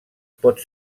pot